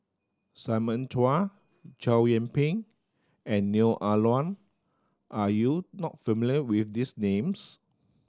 Simon Chua Chow Yian Ping and Neo Ah Luan are you not familiar with these names